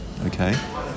okay